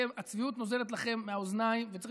הצביעות נוזלת לכם מהאוזניים וצריך